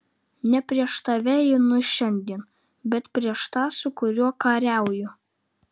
ne prieš tave einu šiandien bet prieš tą su kuriuo kariauju